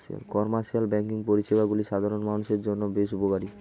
commercial banking পরিষেবাগুলি সাধারণ মানুষের জন্য বেশ উপকারী